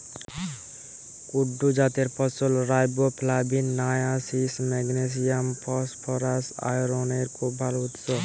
কুট্টু জাতের ফসল riboflavin, niacin, magnesium, phosphorus, আয়রনের খুব ভাল উৎস